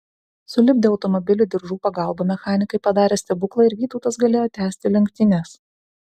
sulipdę automobilį diržų pagalbą mechanikai padarė stebuklą ir vytautas galėjo tęsti lenktynes